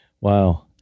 Wow